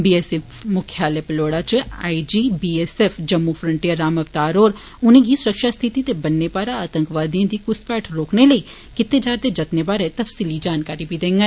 बी S F मुख्यालय पलौडा च I G B S F Jammu frontier Ram Avtar होर उनेंगी सुरक्षा स्थिति ते बन्ने पारा आतंकवादिएं दी घुसपैठ रोकने लेई कीते जारदे जतनें बारै तफसीली जानकारी देंगन